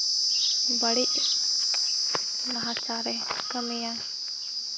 ᱵᱟᱹᱲᱤᱡ ᱱᱟᱦᱟᱪᱟᱨᱮ ᱠᱟᱹᱢᱤᱭᱟ